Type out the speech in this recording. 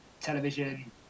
television